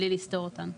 בלי לסתור אותן.